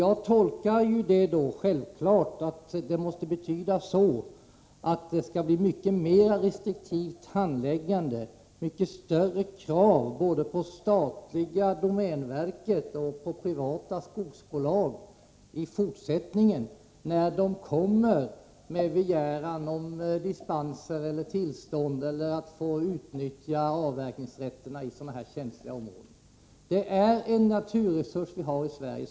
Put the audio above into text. Jag tolkar självfallet detta uttalande som att det skall bli en mycket mer restriktiv handläggning och större krav både på det statliga domänverket och på privata skogsbolag i fortsättningen, när de kommer med begäran om dispenser eller tillstånd att få utnyttja avverkningsrätter i sådana här känsliga områden. De fjällnära skogarna är en unik naturresurs i Sverige.